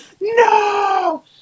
No